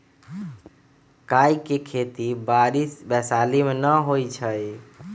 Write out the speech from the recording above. काइ के खेति बाड़ी वैशाली में नऽ होइ छइ